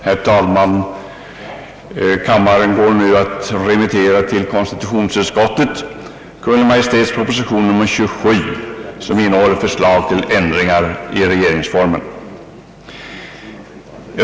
Herr talman! Kammaren går nu att remittera = till - konstitutionsutskottet Kungl. Maj:ts proposition nr 27, som innehåller förslag till ändringar i regeringsformen.